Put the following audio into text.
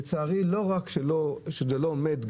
לצערי לא רק שזה לא עומד,